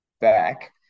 back